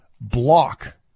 Block